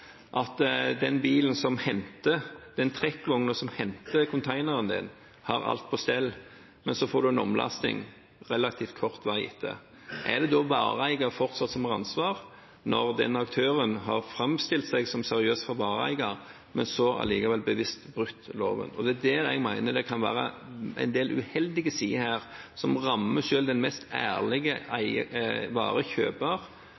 at den trekkvognen som henter kontaineren din, har alt på stell, men så får du en omlasting relativt kort tid etter. Er det fortsatt vareeier som har ansvaret, når den aktøren har framstilt seg som seriøs for vareeier, men allikevel bevisst har brutt loven? Det er der jeg mener det kan være en del uheldige sider som rammer selv den